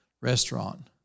restaurant